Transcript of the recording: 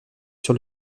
sur